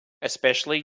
especially